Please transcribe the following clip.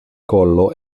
collo